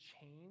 change